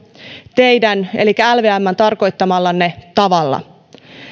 teidän elikkä lvmn tarkoittamalla tavalla